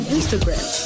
Instagram